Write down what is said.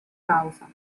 causa